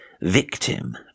victim